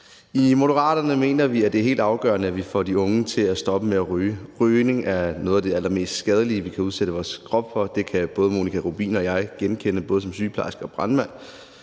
I Moderaterne mener vi, at det er helt afgørende, at vi får de unge til at stoppe med at ryge. Rygning er noget af det allermest skadelige, vi kan udsætte vores krop for. Det kan både Monika Rubin og jeg genkende – jeg som både sygeplejerske og brandmand.